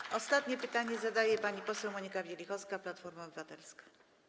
I ostatnie pytanie zadaje pani poseł Monika Wielichowska, Platforma Obywatelska.